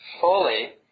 fully